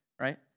right